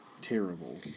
terrible